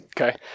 okay